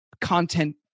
content